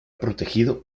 protegido